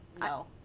no